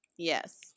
Yes